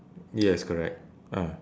yes correct ah